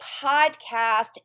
podcast